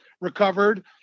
recovered